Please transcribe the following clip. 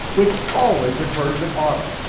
which always occurs in autumn,